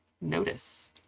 notice